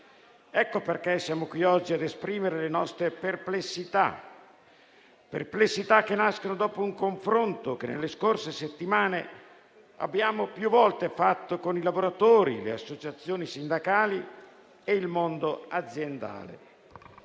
Per questo siamo qui oggi ad esprimere le nostre perplessità, che nascono dopo un confronto che nelle scorse settimane abbiamo più volte fatto con i lavoratori, le associazioni sindacali e il mondo aziendale.